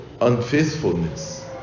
unfaithfulness